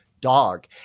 dog